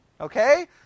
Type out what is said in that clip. Okay